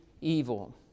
evil